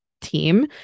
team